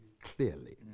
clearly